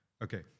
Okay